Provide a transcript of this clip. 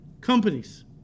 companies